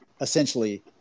essentially –